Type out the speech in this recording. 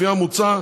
לפי המוצע,